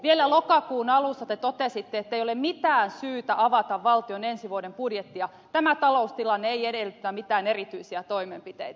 vielä lokakuun alussa te totesitte ettei ole mitään syytä avata valtion ensi vuoden budjettia tämä taloustilanne ei edellytä mitään erityisiä toimenpiteitä